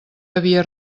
havia